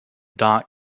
dot